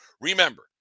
remember